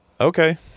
Okay